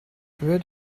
with